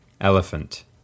Elephant